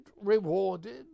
rewarded